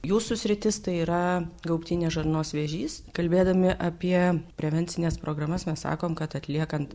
jūsų sritis tai yra gaubtinės žarnos vėžys kalbėdami apie prevencines programas mes sakom kad atliekant